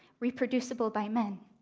reproducible by man.